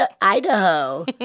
Idaho